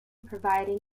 providing